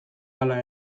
hala